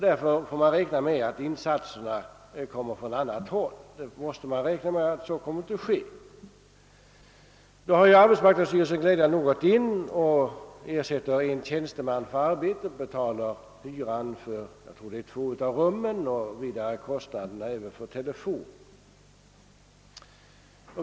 Därför får man räkna med att insatser måste göras från annat håll. Arbetsmarknadsstyrelsen har glädjande nog satt in en tjänsteman för arbetet, betalar hyran för två av rummen och kostnaderna för telefon.